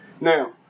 Now